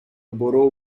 borough